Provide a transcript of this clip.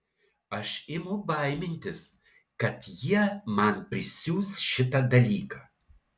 aš imu baimintis kad jie man prisiūs šitą dalyką